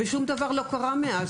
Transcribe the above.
ושום דבר לא קרה מאז.